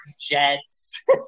Jets